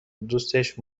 دوستش